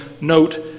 note